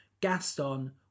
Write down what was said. Gaston